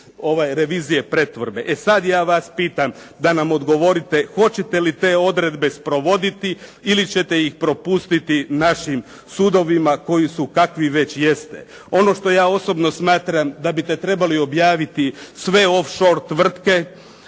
revizije pretvorbe. E sad ja vas pitam da nam odgovorite hoćete li te odredbe sprovoditi ili ćete ih propustiti našim sudovima koji su kakvi već jeste. Ono što ja osobno smatram da biste trebali objaviti sve off shore tvrtke